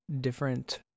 different